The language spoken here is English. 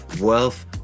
wealth